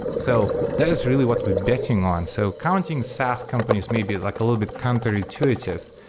so that is really what we're betting on. so counting saas companies maybe like a little bit counterintuitive,